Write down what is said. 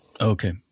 Okay